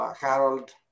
Harold